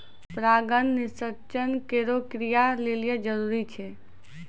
परागण निषेचन केरो क्रिया लेलि जरूरी छै